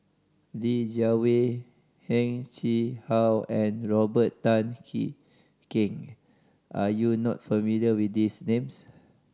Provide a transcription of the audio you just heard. Li Jiawei Heng Chee How and Robert Tan Jee Keng are you not familiar with these names